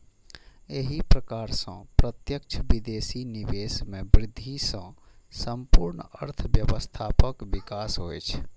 एहि प्रकार सं प्रत्यक्ष विदेशी निवेश मे वृद्धि सं संपूर्ण अर्थव्यवस्थाक विकास होइ छै